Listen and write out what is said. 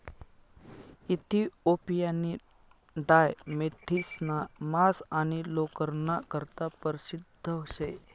इथिओपियानी डाय मेढिसना मांस आणि लोकरना करता परशिद्ध शे